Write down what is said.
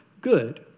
good